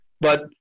but-